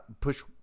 push